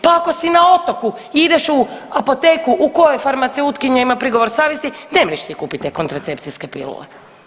Pa ako si na otoku, ideš u apoteku u kojoj farmaceutkinja ima prigovor savjesti nemreš si kupit te kontracepcijske pilule.